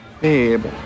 Babe